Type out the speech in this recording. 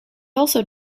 also